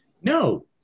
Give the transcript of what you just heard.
No